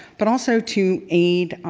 but also to aid